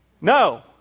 No